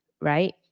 right